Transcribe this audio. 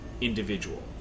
Individual